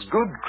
Good